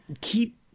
keep